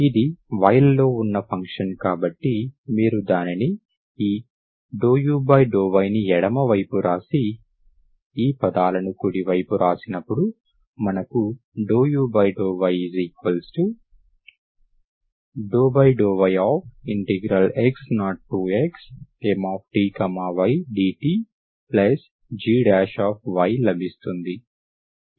ఇది y లలో ఉన్న ఫంక్షన్ కాబట్టి మీరు దానిని ఈ ∂u∂yని ఎడమ వైపు వ్రాసి ఈ పదాలను కుడివైపు వ్రాసినప్పుడు మనకు ∂u∂y∂yx0xMty dtg లభిస్తుంది